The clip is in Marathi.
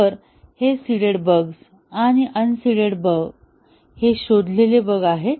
तर हे सीडेड बग्स आणि अन सीडेड बग हे शोधलेले बग आहेत